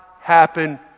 happen